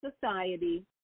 society